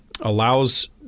allows